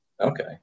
Okay